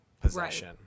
possession